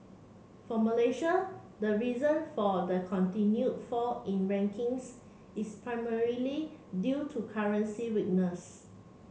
for Malaysia the reason for the continued fall in rankings is primarily due to currency weakness